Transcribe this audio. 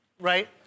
right